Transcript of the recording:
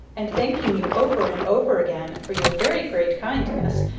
and, thanking you over and over again for your very great kindness,